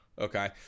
okay